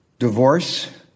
Divorce